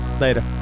Later